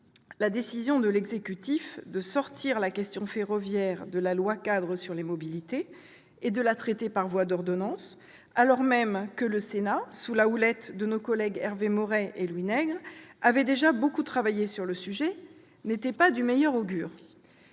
La décision de l'exécutif de sortir la question ferroviaire du champ du projet de loi-cadre sur les mobilités et de la traiter par voie d'ordonnances, alors même que le Sénat, sous la houlette d'Hervé Maurey et de Louis Nègre, avait déjà beaucoup travaillé sur le sujet, n'était pas de très bon augure.